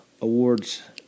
awards